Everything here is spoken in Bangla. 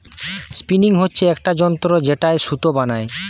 স্পিনিং হচ্ছে একটা যন্ত্র যেটায় সুতো বানাই